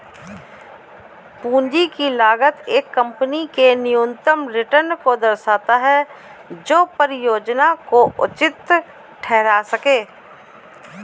पूंजी की लागत एक कंपनी के न्यूनतम रिटर्न को दर्शाता है जो परियोजना को उचित ठहरा सकें